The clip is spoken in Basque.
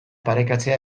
parekatzea